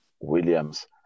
Williams